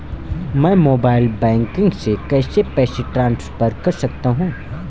मैं mobile banking से पैसे कैसे ट्रांसफर कर सकता हूं?